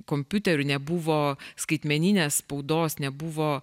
kompiuterių nebuvo skaitmeninės spaudos nebuvo